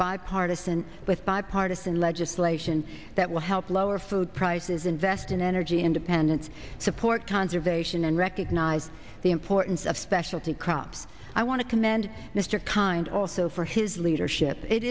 bipartisan with bipartisan legislation that will help lower food prices invest in energy independence support conservation and recognize the importance of specialty crops i want to commend mr kind also for his leadership it